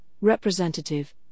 representative